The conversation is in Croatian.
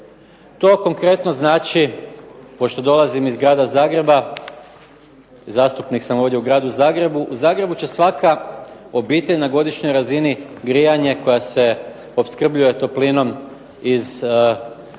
To konkretno znači, pošto dolazim iz Grada Zagreba, zastupnik sam ovdje u Gradu Zagrebu, u Zagrebu će svaka obitelj na godišnjoj razini grijanje koja se opskrbljuje toplinom iz,